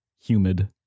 humid